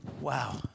Wow